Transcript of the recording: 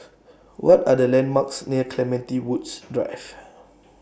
What Are The landmarks near Clementi Woods Drive